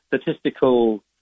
statistical